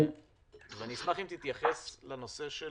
אני אשמח אם תתייחס לנושא של